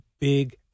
Big